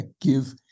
give